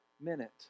minute